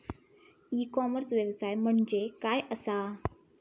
E commerce व्यवसाय म्हणजे काय असा?